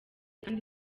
kandi